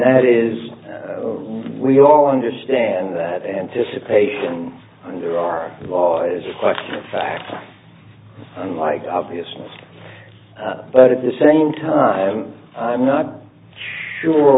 that is we all understand that anticipation under our law is a question of fact unlike obviousness but at the same time i'm not sure